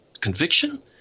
conviction